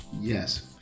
Yes